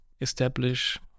establish